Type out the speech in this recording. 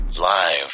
live